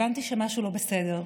הבנתי שמשהו לא בסדר.